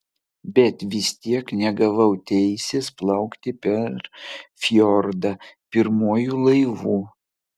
bet vis tiek negavau teisės plaukti per fjordą pirmuoju laivu